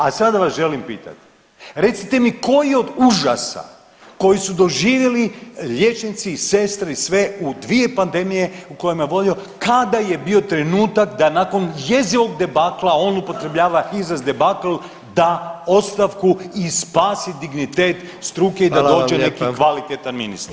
A sada vas želim pitati, recite mi koji je od užasa koji su doživjeli liječnici i sestre sve u dvije pandemije u kojima je vodio, kada je bio trenutak da nakon jezivog debakla on upotrebljava izraz „debakl“, da ostavku i spasi dignitet struke i da dođe neki kvalitetan ministar.